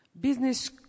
business